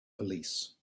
police